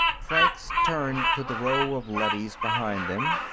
franks turned to the row of leadys behind them.